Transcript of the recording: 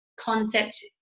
concept